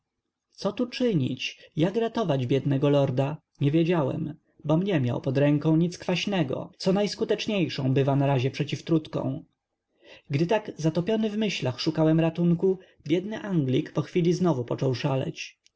co tu czynić jak ratować biednego lorda nie wiedziałem bom nie miał pod ręką nic kwaśnego co najskuteczniejszą bywa na razie przeciwtrutką gdy tak zatopiony w myślach szukałem ratunku biedny anglik po chwili znowu począł szaleć